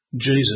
Jesus